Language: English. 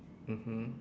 mmhmm